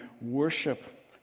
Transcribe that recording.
Worship